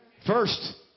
first